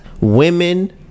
women